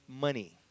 money